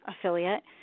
affiliate